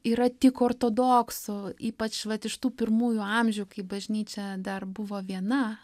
yra tik ortodoksų ypač vat iš tų pirmųjų amžių kai bažnyčia dar buvo viena